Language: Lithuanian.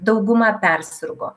dauguma persirgo